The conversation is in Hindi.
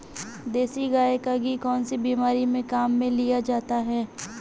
देसी गाय का घी कौनसी बीमारी में काम में लिया जाता है?